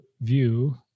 view